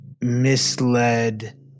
misled